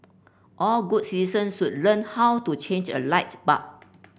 all good citizens should learn how to change a light bulb